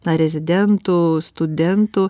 na rezidentų studentų